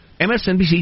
MSNBC